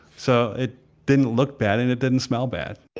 so, it didn't look bad, and it didn't smell bad.